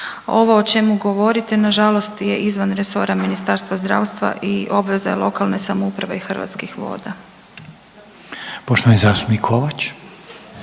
Ovo o čemu govorite nažalost je izvan resora Ministarstva zdravstva i obveza je lokalne samouprave i Hrvatskih voda. **Reiner, Željko